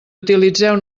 utilitzeu